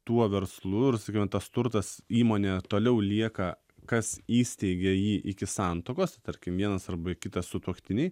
tuo verslu ir sakykime tas turtas įmonė toliau lieka kas įsteigė jį iki santuokos tarkim vienas arba kitas sutuoktiniai